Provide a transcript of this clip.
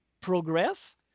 progress